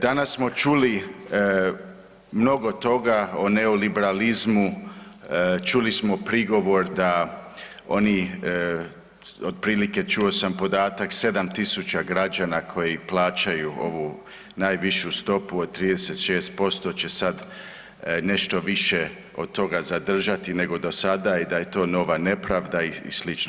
Danas smo čuli mnogo toga o neoliberalizmu, čuli smo prigovor da oni, otprilike čuo sam podatak 7000 građana koji plaćaju ovu najvišu stopu od 36% će sad nešto više od toga zadržati nego do sada i da je to nova nepravda i slično.